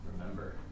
Remember